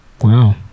Wow